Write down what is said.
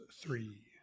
three